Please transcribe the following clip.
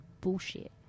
bullshit